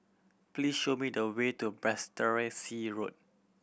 please show me the way to Road